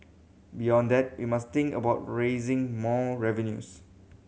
beyond that we must think about raising more revenues